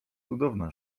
cudowna